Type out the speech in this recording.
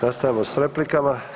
Nastavljamo s replikama.